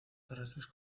terrestres